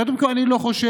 קודם כול, אני לא חושב